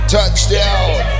Touchdown